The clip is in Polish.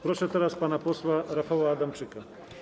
Proszę teraz pana posła Rafała Adamczyka.